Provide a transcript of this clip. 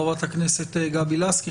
חברת הכנסת גבי לסקי,